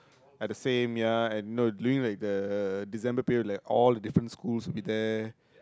are the same ya and no during like the December period like all the different schools will be there